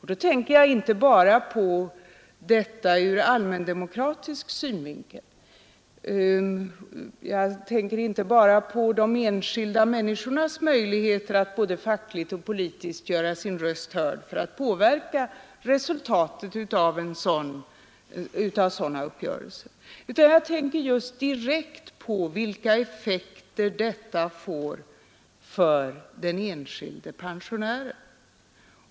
Jag tänker inte på detta enbart ur allmändemokratisk synvinkel, jag tänker inte bara på de enskilda människornas möjligheter att både fackligt och politiskt göra sin röst hörd för att påverka resultatet av sådana uppgörelser, utan jag tänker på vilka direkta effekter detta får för den enskilde pensionären.